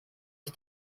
ich